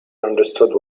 understood